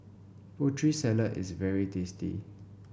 Putri Salad is very tasty